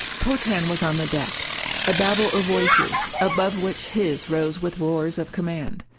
potan was on the deck a babble of voices, above which his rose with roars of command.